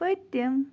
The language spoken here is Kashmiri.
پٔتِم